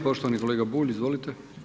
Poštovani kolega Bulj, izvolite.